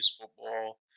football